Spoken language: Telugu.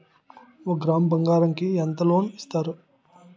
ఒక గ్రాము బంగారం కి ఎంత లోన్ ఇస్తారు?